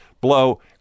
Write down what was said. blow